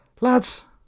Lads